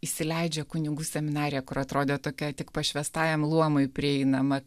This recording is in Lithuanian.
įsileidžia į kunigų seminariją kur atrodė tokia tik pašvęstajam luomui prieinama